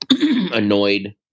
annoyed